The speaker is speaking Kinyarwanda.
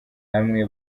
hamwe